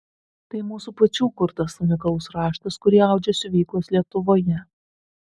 tai mūsų pačių kurtas unikalus raštas kurį audžia siuvyklos lietuvoje